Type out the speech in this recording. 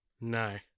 No